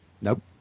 Nope